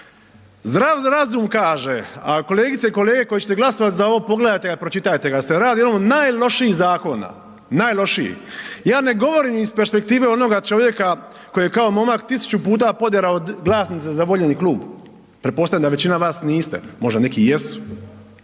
Zdrav razum kaže, a kolegice i kolege koji ćete glasovati za ovo pogledajte ga i pročitajte, jel se radi o jednom od najlošijih zakona. Ja ne govorim iz perspektive onoga čovjeka koji je kao momak tisuću puta poderao glasnice za voljeni klub, pretpostavljam da većina vas niste, možda neki jesu,